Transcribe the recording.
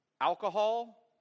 Alcohol